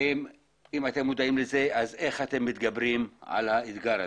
אם אתם מודעים לזה, איך אתם מתגברים על האתגר הזה?